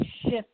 shift